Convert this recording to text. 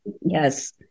Yes